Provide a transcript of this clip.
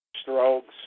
strokes